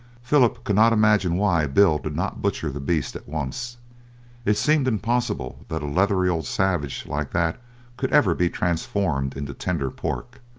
philip could not imagine why bill did not butcher the beast at once it seemed impossible that a leathery old savage like that could ever be transformed into tender pork.